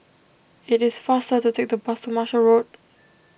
it is faster to take the bus to Marshall Road